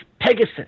Pegasus